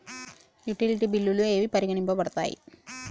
Utility బిల్లులు ఏవి పరిగణించబడతాయి?